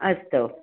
अस्तु